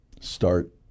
start